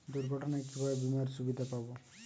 দুর্ঘটনায় কিভাবে বিমার সুবিধা পাব?